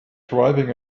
driving